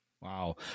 Wow